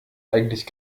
eigentlich